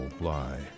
lie